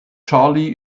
charlie